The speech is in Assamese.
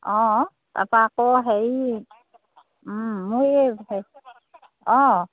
অঁ তাৰপৰা আকৌ হেৰি মোৰ এই হেৰি অঁ